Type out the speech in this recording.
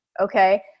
okay